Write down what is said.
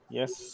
yes